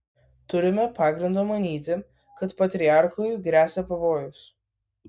turime pagrindo manyti kad patriarchui gresia pavojus